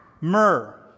Myrrh